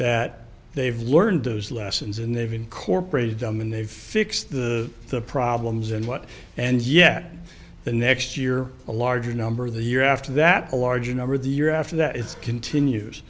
that they've learned those lessons and they've incorporated them and they fix the problems and what and yet the next year a large number of the year after that a large number of the year after that it's continues